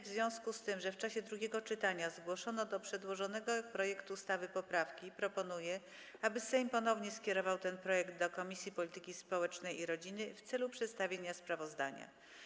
W związku z tym, że w czasie drugiego czytania zgłoszono do przedłożonego projektu ustawy poprawki, proponuję, aby Sejm ponownie skierował ten projekt do Komisji Polityki Społecznej i Rodziny w celu przedstawienia sprawozdania.